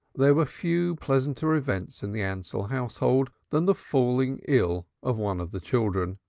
there were few pleasanter events in the ansell household than the falling ill of one of the children,